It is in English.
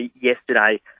yesterday